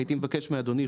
הייתי מבקש מאדוני,